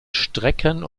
strecken